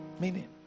meaning